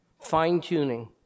Fine-tuning